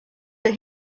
but